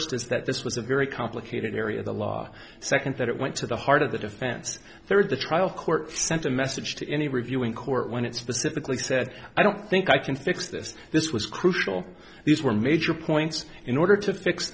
is that this was a very complicated area the law second that it went to the heart of the defense third the trial court sent a message to any reviewing court when it specifically said i don't think i can fix this this was crucial these were major points in order to fix